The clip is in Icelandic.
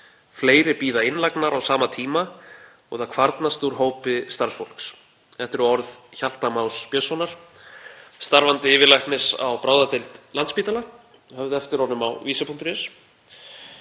fleiri bíða innlagnar á sama tíma og það kvarnast upp úr hópi starfsfólks.“ Þetta eru orð Hjalta Más Björnssonar, starfandi yfirlæknis á bráðadeild Landspítala, höfð eftir honum á einum